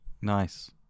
Nice